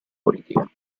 politica